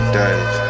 days